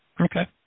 Okay